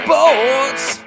Sports